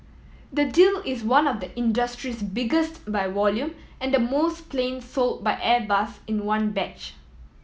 the deal is one of the industry's biggest by volume and most planes sold by Airbus in one batch